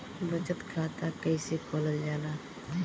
बचत खाता कइसे खोलल जाला?